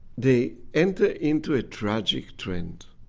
they entered into a tragic trend.